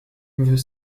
veut